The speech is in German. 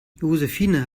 josephine